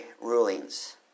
rulings